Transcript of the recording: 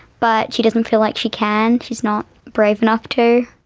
but she doesn't feel like she can. she's not brave enough to.